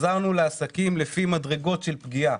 לפי מדרגות של פגיעה.